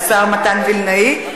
השר מתן וילנאי,